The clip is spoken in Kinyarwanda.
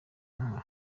nka